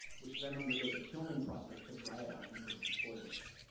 which then undergoes a kilning process to dry it out and prevent spoilage.